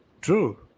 true